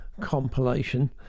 Compilation